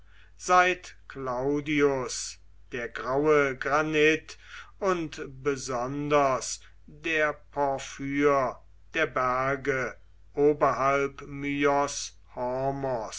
seit claudius der graue granit und besonders der porphyr der berge oberhalb